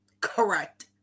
Correct